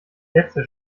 sätze